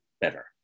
better